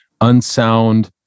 unsound